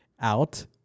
out